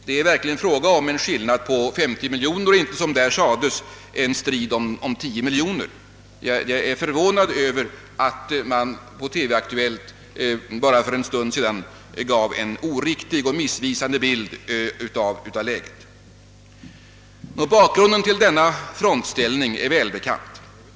Det är i verkligheten fråga om en skillnad på 50 miljoner kronor och inte, som det sades i TV Aktuellt, en strid om 10 miljoner kronor. Jag är förvånad över att TV-Aktuellt givit denna missvisande bild av läget. Bakgrunden till den nuvarande frontställningen är välbekant.